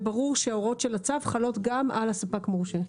ברור שההוראות של הצו חלות גם על הספק המורשה.